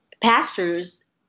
pastors